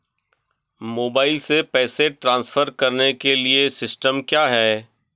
Mobile से पैसे transfer करने के लिए सिस्टम क्या है?